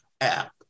app